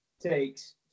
takes